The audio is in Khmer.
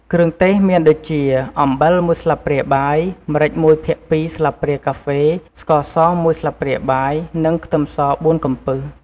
គ្រឿងទេសមានដូចជា អំបិល ១ស្លាបព្រាបាយ ម្រេច ១ភាគ២ ស្លាបព្រាកាហ្វេ ស្ករស ១ស្លាបព្រាបាយ និងខ្ទឹមស ៤កំពឹស។